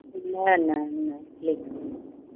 न न न